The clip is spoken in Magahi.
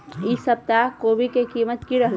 ई सप्ताह कोवी के कीमत की रहलै?